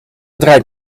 draait